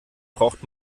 braucht